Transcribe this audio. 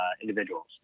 individuals